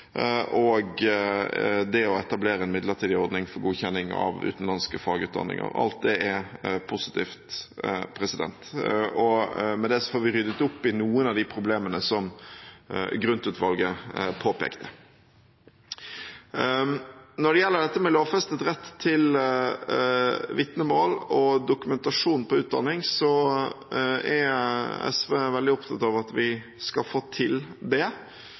og det å etablere en midlertidig ordning for godkjenning av utenlandske fagutdanninger. Alt det er positivt, og med det får vi ryddet opp i noen av de problemene som Grund-utvalget påpekte. Når det gjelder dette med lovfestet rett til vitnemål og dokumentasjon på utdanning, er SV veldig opptatt av at vi skal få til det.